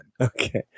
Okay